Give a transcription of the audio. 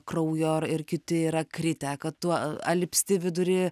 kraujo ar ir kiti yra kritę kad tu alpsti vidury